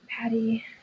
Patty